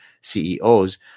CEOs